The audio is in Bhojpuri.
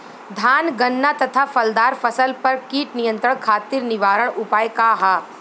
धान गन्ना तथा फलदार फसल पर कीट नियंत्रण खातीर निवारण उपाय का ह?